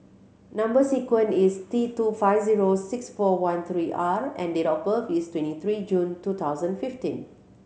number sequence is T two five zero six four one three R and date of birth is twenty three June two thousand fifteen